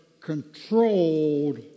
controlled